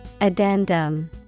Addendum